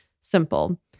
simple